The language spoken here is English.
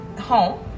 home